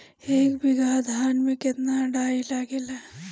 एक बीगहा धान में केतना डाई लागेला?